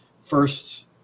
first